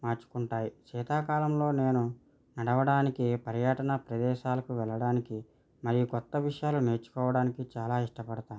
మార్చుకుంటాయి శీతాకాలంలో నేను నడవడానికి పర్యటన ప్రదేశాలకు వెళ్ళడానికి మరియు కొత్త విషయాలు నేర్చుకోవడానికి చాలా ఇష్టపడుతాను